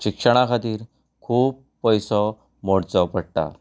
शिक्षणां खातीर खूब पयसो मोडचो पडटा